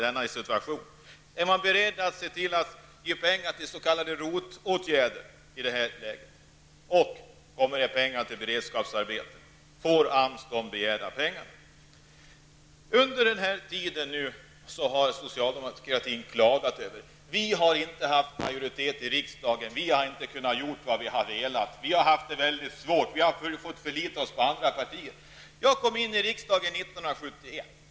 Är regeringen beredd att ge pengar till s.k. ROT-projekt? Kommer det att betalas ut några pengar för inrättande av beredskapsarbeten? Får AMS de begärda resurserna? Socialdemokraterna har klagat över att de inte har haft majoritet i riksdagen och därför inte kunnat genomföra det som de har velat genomföra. Socialdemokraterna säger sig ha haft det väldigt svårt. De har varit tvungna att förlita sig på andra partier. Jag kom in i riksdagen 1971.